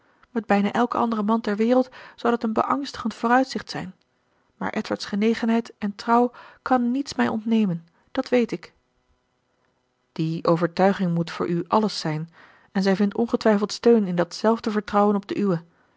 met bijna elken anderen man ter wereld zou dat een beangstigend vooruitzicht zijn maar edward's genegenheid en trouw kan niets mij ontnemen dat weet ik die overtuiging moet voor u alles zijn en zij vindt ongetwijfeld steun in dat zelfde vertrouwen op de